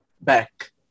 back